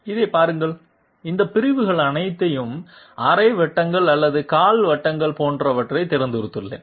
இதைப் பாருங்கள் இந்த பிரிவுகள் அனைத்தையும் அரை வட்டங்கள் அல்லது காலாண்டு வட்டங்கள் போன்றவற்றைத் தேர்ந்தெடுத்துள்ளேன்